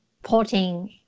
porting